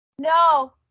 No